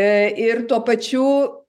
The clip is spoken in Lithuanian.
ir tuo pačiu